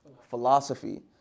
Philosophy